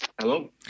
Hello